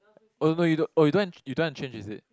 oh no you don't oh you don't want you don't want to change is it